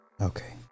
okay